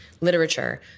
literature